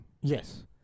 Yes